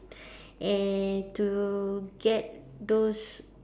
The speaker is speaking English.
and to get those